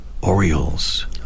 Orioles